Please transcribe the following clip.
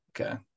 Okay